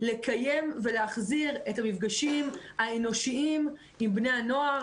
לקיים ולהחזיר את המפגשים האנושיים עם בני הנוער.